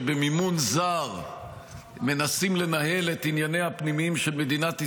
שבמימון זר מנסים לנהל את ענייניה הפנימיים של מדינת ישראל,